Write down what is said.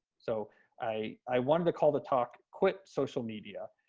so i i wanted to call the talk quit social media.